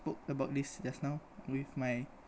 spoke about this just now with my